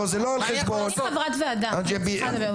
לא אני חברת ועדה אני צריכה לדבר.